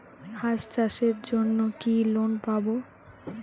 হাঁস চাষের জন্য কি লোন পাব?